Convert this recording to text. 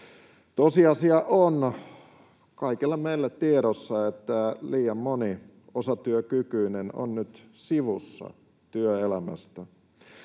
Tosiasia on kaikilla meillä tiedossa, että liian moni osatyökykyinen on nyt sivussa työelämästä.